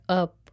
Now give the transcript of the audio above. up